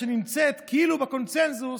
שנמצאת כאילו בקונסנזוס,